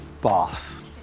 boss